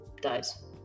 dies